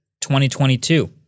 2022